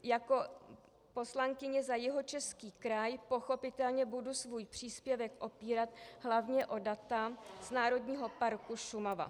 Jako poslankyně za Jihočeský kraj pochopitelně budu svůj příspěvek opírat hlavně o data z Národního parku Šumava.